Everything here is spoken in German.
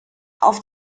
auf